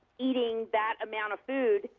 eating that amount of food,